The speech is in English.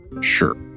Sure